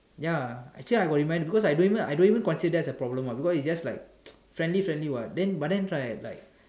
ya I say I got remind because I don't even I don't even even consider as a problem ah because it's just like friendly friendly [what] then but then it's like